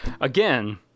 again